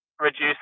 reduce